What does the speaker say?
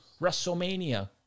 WrestleMania